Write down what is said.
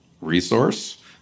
resource